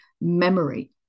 memory